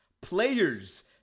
Players